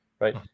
Right